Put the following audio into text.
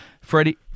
Freddie